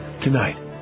tonight